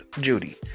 Judy